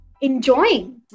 enjoying